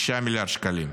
9 מיליארד שקלים.